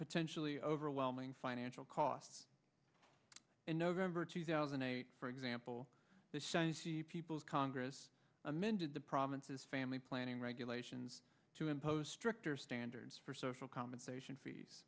potentially overwhelming financial costs in november two thousand and eight for example the people's congress amended the province's family planning regulations to impose stricter standards for social compensation fees